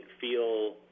feel –